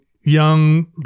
young